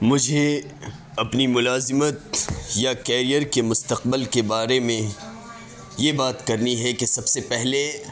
مجھے اپنی ملازمت یا کیریر کے مستقبل کے بارے میں یہ بات کرنی ہے کہ سب سے پہلے